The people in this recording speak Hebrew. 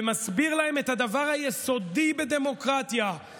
ומסביר להם את הדבר היסודי בדמוקרטיה,